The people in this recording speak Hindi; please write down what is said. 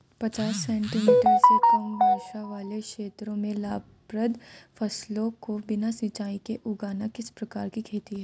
पचास सेंटीमीटर से कम वर्षा वाले क्षेत्रों में लाभप्रद फसलों को बिना सिंचाई के उगाना किस प्रकार की खेती है?